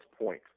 Point